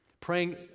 Praying